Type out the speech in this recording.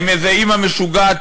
עם איזו אימא משוגעת,